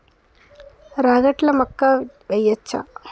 రాగట్ల మక్కా వెయ్యచ్చా?